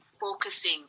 focusing